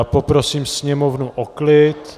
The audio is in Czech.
Poprosím sněmovnu o klid.